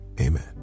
Amen